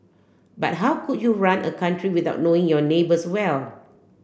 but how could you run a country without knowing your neighbours well